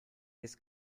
this